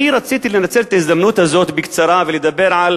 אני רציתי לנצל את ההזדמנות הזאת ולדבר בקצרה